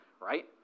right